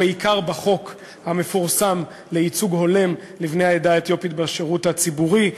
בעיקר בחוק המפורסם לייצוג הולם לבני העדה האתיופית בשירות הציבורי.